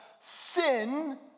sin